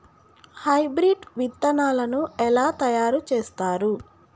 Hybrid విత్తనాలను ఎలా తయారు చేస్తారు?